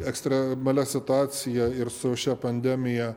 ekstremalia situacija ir su šia pandemija